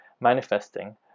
manifesting